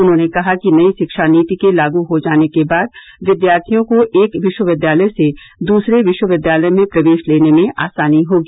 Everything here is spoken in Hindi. उन्होंने कहा कि नई शिक्षा नीति के लागू हो जाने के बाद विद्यार्थियों को एक विश्वविद्यालय से दूसरे विश्वविद्यालय में प्रवेश लेने में आसानी होगी